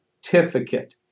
certificate